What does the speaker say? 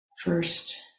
first